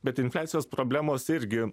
bet infliacijos problemos irgi